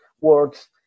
words